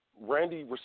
Randy